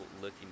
looking